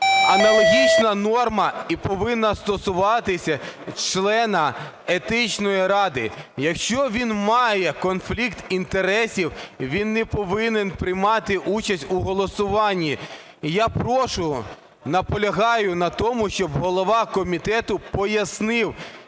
Аналогічна норма і повинна стосуватися члена Етичної ради. Якщо він має конфлікт інтересів, він не повинен приймати участь у голосуванні. І я прошу, наполягаю на тому, щоб голова комітету пояснив,